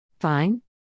Fine